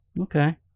Okay